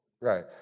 Right